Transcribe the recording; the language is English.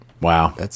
Wow